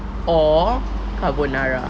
or carbonara